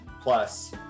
plus